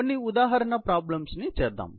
కొన్ని ఉదాహరణ ప్రాబ్లెమ్స్ ను చేద్దాం